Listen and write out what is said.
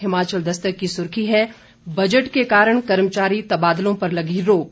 हिमाचल दस्तक की सुर्खी है बजट के कारण कर्मचारी तबादलों पर लगी रोक